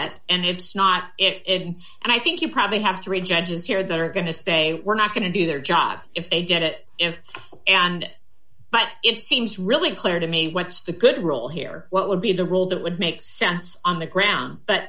at and it's not it and i think you probably have three judges here that are going to say we're not going to do their job if they did it if and but it seems really clear to me what's the good rule here what would be the rule that would make sense on the ground but